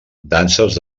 danses